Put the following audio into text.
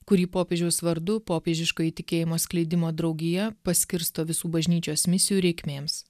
kurį popiežiaus vardu popiežiškoji tikėjimo skleidimo draugija paskirsto visų bažnyčios misijų reikmėms